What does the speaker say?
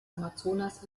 amazonas